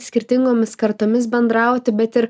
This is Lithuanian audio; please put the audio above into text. skirtingomis kartomis bendrauti bet ir